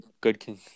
good